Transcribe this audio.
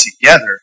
together